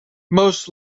most